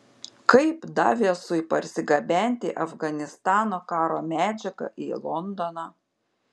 kaip daviesui parsigabenti afganistano karo medžiagą į londoną